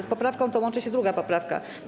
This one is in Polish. Z poprawką tą łączy się 2. poprawka.